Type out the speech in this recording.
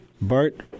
Bart